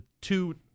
two